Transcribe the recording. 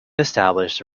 established